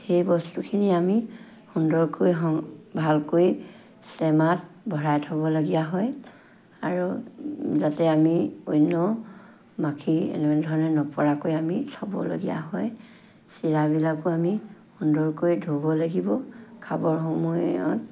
সেই বস্তুখিনি আমি সুন্দৰকৈ সং ভালকৈ টেমাত ভৰাই থ'বলগীয়া হয় আৰু যাতে আমি অন্য মাখি এনেধৰণে নপৰাকৈ আমি থ'বলগীয়া হয় চিৰাবিলাকো আমি সুন্দৰকৈ ধুব লাগিব খাবৰ সময়ত